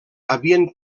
havien